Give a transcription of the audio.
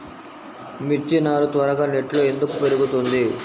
మిర్చి నారు త్వరగా నెట్లో ఎందుకు పెరుగుతుంది?